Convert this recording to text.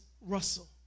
Russell